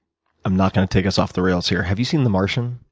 i'm not gonna take us off the rails here. have you seen the martian?